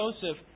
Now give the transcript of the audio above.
Joseph